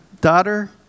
daughter